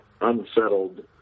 unsettled